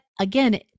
again